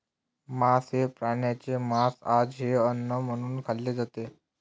मांस हे प्राण्यांचे मांस आहे जे अन्न म्हणून खाल्ले जाते